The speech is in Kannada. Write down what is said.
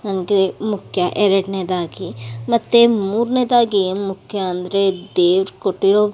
ನನಗೆ ಮುಖ್ಯ ಎರಡನೇದಾಗಿ ಮತ್ತು ಮೂರನೇದಾಗಿ ಮುಖ್ಯ ಅಂದರೆ ದೇವ್ರು ಕೊಟ್ಟಿರೋ